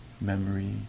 memory